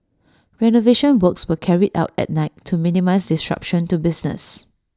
renovation works were carried out at night to minimise disruption to business